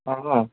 అవునా